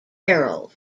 herald